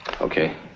Okay